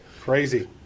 Crazy